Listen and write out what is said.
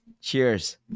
Cheers